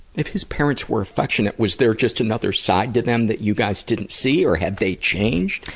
if his parents were affectionate, was there just another side to them that you guys didn't see, or had they changed?